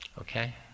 Okay